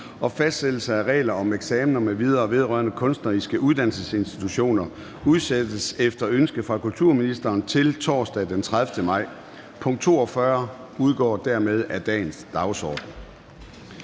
og fastsættelse af regler om eksaminer m.v. vedrørende kunstneriske uddannelsesinstitutioner udsættes efter ønske fra kulturministeren til torsdag den 30. maj. Punkt 42 udgår dermed af dagsordenen.